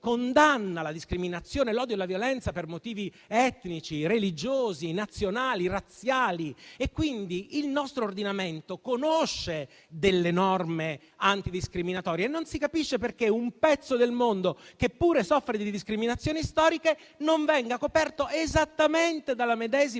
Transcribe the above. condanna la discriminazione, l'odio e la violenza per motivi etnici, religiosi, nazionali, razziali; quindi, il nostro ordinamento conosce le norme antidiscriminatorie, e non si capisce perché un pezzo del mondo, che pure soffre di discriminazioni storiche, non venga coperto esattamente dalla medesima